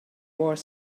more